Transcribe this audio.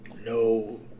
no